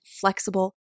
flexible